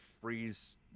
Freeze